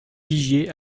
vigier